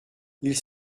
ils